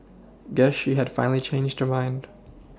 guess she had finally changed mind